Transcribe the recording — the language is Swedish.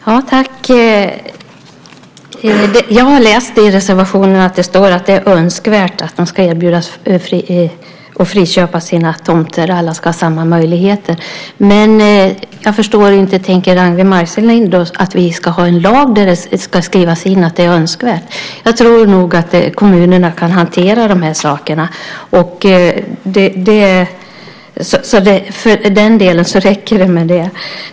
Herr talman! Jag har läst i reservationen att det står att det är önskvärt att man ska erbjudas att friköpa sina tomter och att alla ska ha samma möjligheter, men jag förstår det inte. Tycker Ragnwi Marcelind då att vi ska ha en lag där det ska skrivas in att det är önskvärt? Jag tror nog att kommunerna kan hantera de här sakerna, och då räcker det med det.